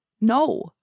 No